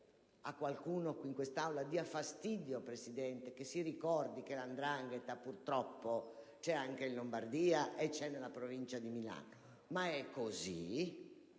a qualcuno in quest'Aula dia fastidio che si ricordi che la 'ndrangheta purtroppo c'è anche in Lombardia e nella provincia di Milano, ma è così;